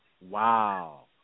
Wow